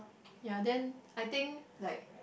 ya then I think like